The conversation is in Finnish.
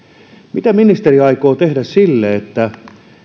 mitä ministeri aikoo tehdä sille että